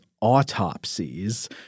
autopsies